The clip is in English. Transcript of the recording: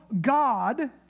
God